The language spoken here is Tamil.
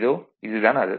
இதோ இது தான் அது